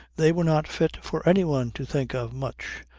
they were not fit for anyone to think of much,